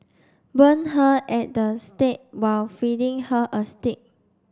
burn her at the stake while feeding her a steak